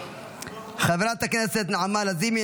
חברת הכנסת נעמה לזימי,